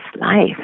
life